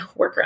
workaround